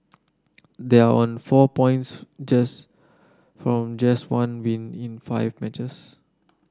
they are on four points just from just one win in five matches